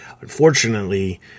unfortunately